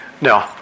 No